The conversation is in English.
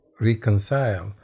reconcile